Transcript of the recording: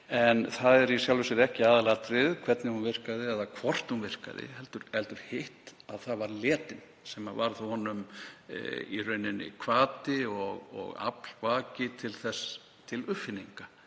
en það er í sjálfu sér ekki aðalatriðið hvernig hún virkaði eða hvort hún virkaði heldur hitt að það var leti sem var honum í rauninni hvati og aflvaki til uppfinninga,